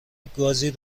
گازی